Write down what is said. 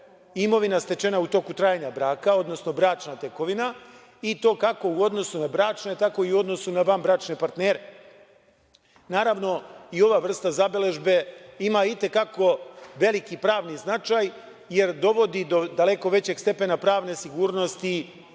imovina stečena u toku trajanja braka, odnosno bračna tekovina i to kako u odnosu na bračne tako i u odnosu na vanbračne partnere. Naravno i ova vrsta zabeležbe ima i te kako veliki pravni značaj jer dovodi do daleko većeg stepena pravne sigurnosti